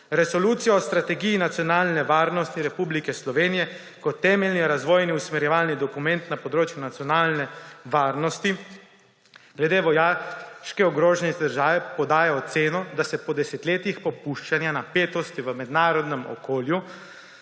Resolucija o strategiji nacionalne varnosti Republike Slovenije kot temeljni razvojni in usmerjevalni dokument na področju nacionalne varnosti glede vojaške ogroženosti države podaja oceno, da se po desetletjih popuščanja napetosti v mednarodnem